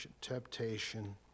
temptation